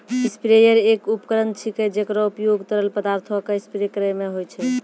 sprayer एक उपकरण छिकै, जेकरो उपयोग तरल पदार्थो क स्प्रे करै म होय छै